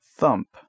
Thump